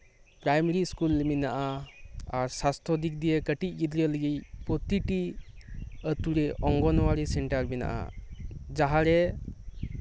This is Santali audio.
ᱯᱨᱟᱤᱢᱟᱨᱤ ᱤᱥᱠᱩᱞ ᱢᱮᱱᱟᱜᱼᱟ ᱟᱨ ᱥᱟᱥᱛᱷᱚ ᱫᱤᱠ ᱫᱤᱭᱮ ᱠᱟᱹᱴᱤᱡ ᱜᱤᱫᱽᱨᱟᱹ ᱞᱟᱹᱜᱤᱫ ᱯᱨᱚᱛᱤᱴᱤ ᱚᱝᱜᱚᱱᱣᱟᱲᱤ ᱥᱮᱱᱴᱟᱨ ᱢᱮᱱᱟᱜᱼᱟ ᱡᱟᱸᱦᱟᱨᱮ